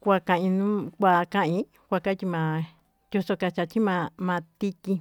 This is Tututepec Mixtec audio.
Kua ka'i nu kua ka'i kua katyi yosoka chachi ma tityi